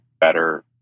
better